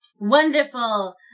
wonderful